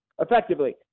effectively